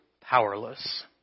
powerless